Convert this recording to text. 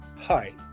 Hi